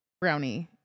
brownie